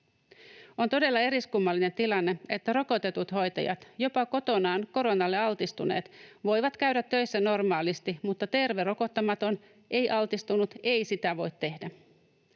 On todella eriskummallinen tilanne, että rokotetut hoitajat, jopa kotonaan koronalle altistuneet, voivat käydä töissä normaalisti mutta terve, rokottamaton, ei-altistunut ei sitä voi tehdä.